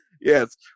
Yes